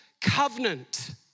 covenant